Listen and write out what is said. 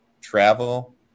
travel